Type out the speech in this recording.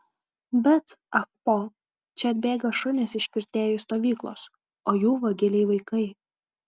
bet ah po čia atbėga šunys iš kirtėjų stovyklos o jų vagiliai vaikai